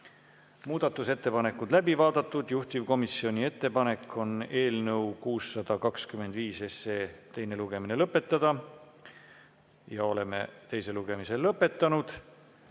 Muudatusettepanekud on läbi vaadatud. Juhtivkomisjoni ettepanek on eelnõu 625 teine lugemine lõpetada. Oleme teise lugemise lõpetanud.